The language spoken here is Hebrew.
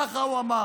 ככה הוא אמר,